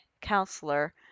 counselor